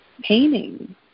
painting